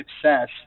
success